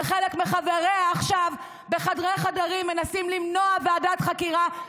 שחלק מחבריה עכשיו בחדרי-חדרים מנסים למנוע ועדת חקירה,